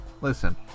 listen